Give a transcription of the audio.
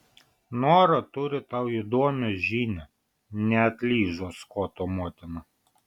nora turi tau įdomią žinią neatlyžo skoto motina